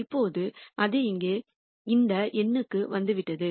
இப்போது அது இங்கே இந்த எண்ணுக்கு வந்துவிட்டது